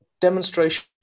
demonstration